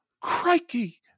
Crikey